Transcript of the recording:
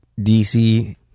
DC